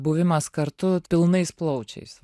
buvimas kartu pilnais plaučiais